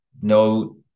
No